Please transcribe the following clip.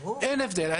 אין הבדל.